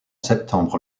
septembre